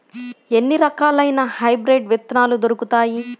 ఎన్ని రకాలయిన హైబ్రిడ్ విత్తనాలు దొరుకుతాయి?